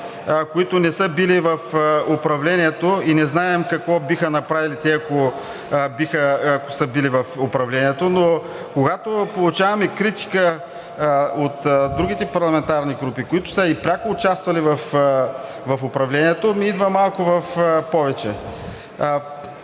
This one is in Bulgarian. които не са били в управлението и не знаем какво биха направили, ако са били в управлението, но когато получаваме критика от другите парламентарни групи, които са пряко участвали в управлението, ми идва малко в повече.